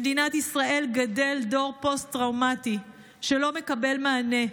במדינת ישראל גדל דור פוסט-טראומטי שלא מקבל מענה.